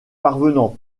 parvenant